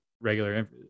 regular